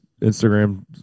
Instagram